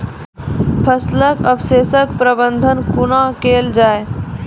फसलक अवशेषक प्रबंधन कूना केल जाये?